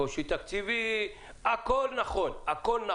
קושי תקציבי, הכול נכון.